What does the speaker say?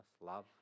love